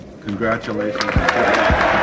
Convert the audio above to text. Congratulations